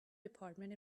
department